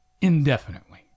indefinitely